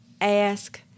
ask